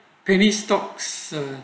penny stocks ah